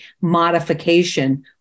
modification